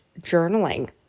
journaling